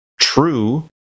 true